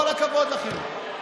כל הכבוד לכם,